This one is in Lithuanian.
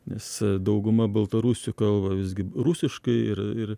nes dauguma baltarusių kalba visgi rusiškai ir ir